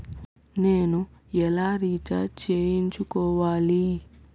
నేను ఎలా రీఛార్జ్ చేయించుకోవాలి?